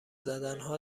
زدنها